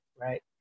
right